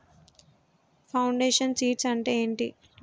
Foundation seeds అంటే ఏంటి?